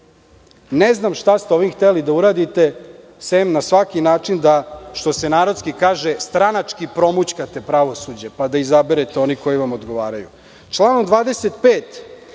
Ne znam šta ste ovim hteli da uradite, sem na svaki način da, što se narodski kaže, stranački promućkate pravosuđe, pa da izaberete one koji vam odgovaraju. Članom 25.